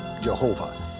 Jehovah